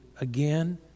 again